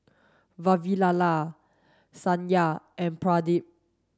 Vavilala Satya and Pradip